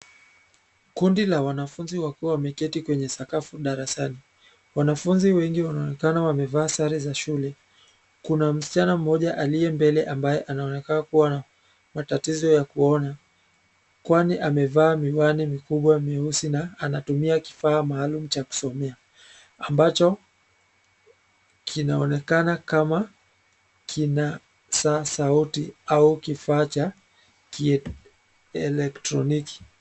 Kundi la wanafunzi wakiwa wameketi kwenye sakafu darasani. Wanafunzi wengi wanaonekana wamevaa sare za shule. Kuna msichana mmoja aliye mbele ambaye anaonekana kuwa na matatizo ya kuona kwani amevaa miwani mikubwa meusi na anatumia kifaa maalum cha kusomea ambacho kinaonekana kama kinasa sauti au kifaa cha kielektroniki.